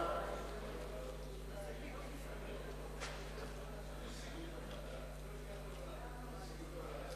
חוק העמותות (תיקון מס' 12), התש"ע 2009, נתקבל.